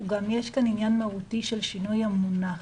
יש גם ענין מהותי של שינוי המונח.